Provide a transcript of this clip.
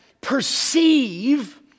perceive